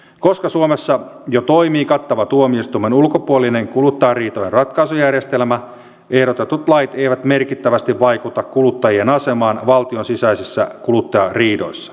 koska suomessa jo toimii kattava tuomioistuimen ulkopuolinen kuluttajariitojen ratkaisujärjestelmä ehdotetut lait eivät merkittävästi vaikuta kuluttajien asemaan valtion sisäisissä kuluttajariidoissa